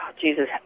Jesus